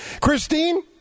Christine